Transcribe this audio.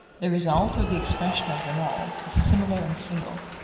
the result or the expression of them all is similar and single.